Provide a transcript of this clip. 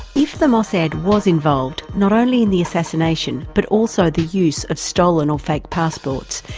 if the mossad was involved not only in the assassination but also the use of stolen or fake passports,